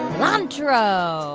cilantro.